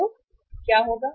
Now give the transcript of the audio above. तो क्या होगा